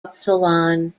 upsilon